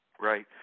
Right